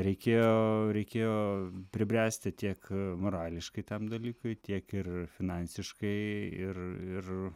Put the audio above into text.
reikėjo reikėjo pribręsti tiek morališkai tam dalykui tiek ir finansiškai ir ir